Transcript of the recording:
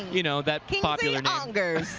you know that poplar name.